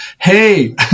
hey